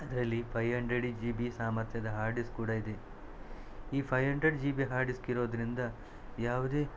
ಅದರಲ್ಲಿ five hundred G B ಸಾಮರ್ಥ್ಯದ hard disk ಕೂಡ ಇದೆ ಈ five hundred G B hard disk ಇರೋದ್ರಿಂದ ಯಾವುದೇ